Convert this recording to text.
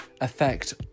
affect